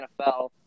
NFL